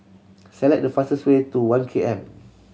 select the fastest way to One K M